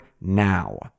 now